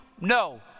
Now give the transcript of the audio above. No